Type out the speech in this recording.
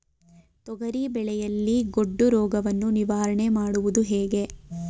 ತೊಗರಿ ಬೆಳೆಯಲ್ಲಿ ಗೊಡ್ಡು ರೋಗವನ್ನು ನಿವಾರಣೆ ಮಾಡುವುದು ಹೇಗೆ?